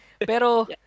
Pero